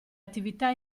attività